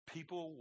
People